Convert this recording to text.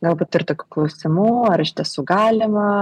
gal būt ir tokių klausimų ar iš tiesų galima